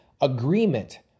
agreement